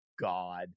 God